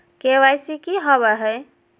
KYC की हॉबे हय?